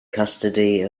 custody